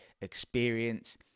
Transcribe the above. Experience